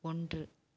ஒன்று